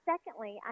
Secondly